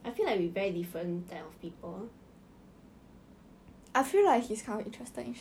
你对自己真的是没有兴趣 I mean 没有信心我讲兴趣